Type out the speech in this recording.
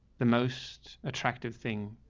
the most attractive thing,